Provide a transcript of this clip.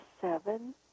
seven